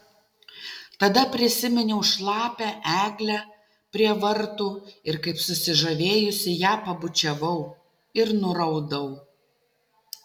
tada prisiminiau šlapią eglę prie vartų ir kaip susižavėjusi ją pabučiavau ir nuraudau